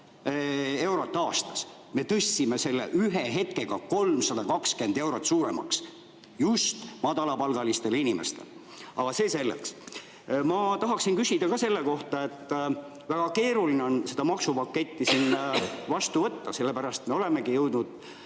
eurot aastas. Me tõstsime selle ühe hetkega 320 eurot suuremaks just madalapalgalistel inimestel. Aga see selleks. Ma tahaksin küsida ka selle kohta, et väga keeruline on seda maksupaketti siin vastu võtta. Sellepärast me olemegi jõudnud